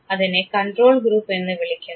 അതിനെ control group എന്ന് വിളിക്കുന്നു